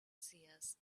seers